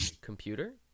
computer